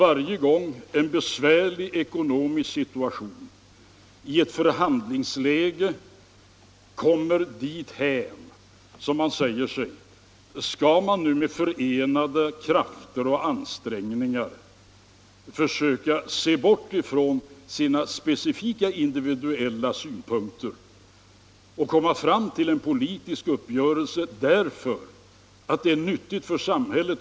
Varje gång en besvärlig situation uppkommer i ett förhandlingsläge måste man ju överväga om man inte kan se bort ifrån sina specifika individuella synpunkter för att komma fram till en politisk uppgörelse som är nyttig och nödvändig för samhället.